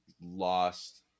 lost